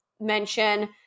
mention –